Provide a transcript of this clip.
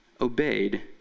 obeyed